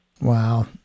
Wow